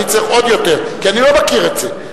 אני צריך עוד יותר, כי אני לא מכיר את זה.